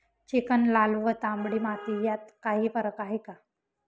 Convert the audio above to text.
Chicken, लाल व तांबडी माती यात काही फरक आहे का?